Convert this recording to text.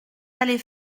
allez